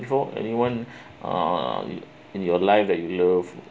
before anyone uh in your life that you love